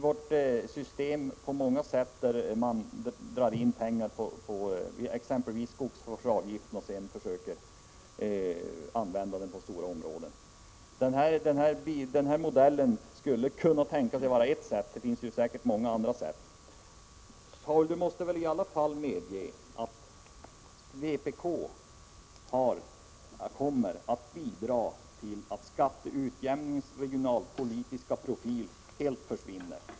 Det finns många sätt att dra in pengar på, exempelvis genom skogsvårdsavgifter, för användning på problemområden. Den här modellen skulle kunna tänkas vara ett sätt, men det finns säkert många andra. Paul Lestander måste väl medge att vpk kommer att bidra till att skatteutjämningens regionalpolitiska profil helt försvinner.